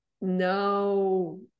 no